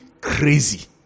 crazy